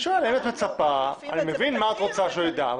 אני מבין מה את רוצה שהוא ידע,